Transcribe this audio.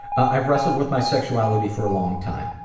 i've wrestled with my sexuality for a long time,